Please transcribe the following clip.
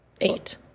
eight